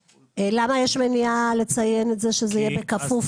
למה יש מניעה לציין את זה שזה יהיה בכפוף?